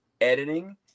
editing